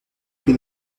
que